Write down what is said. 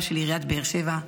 רבה של עיריית באר שבע.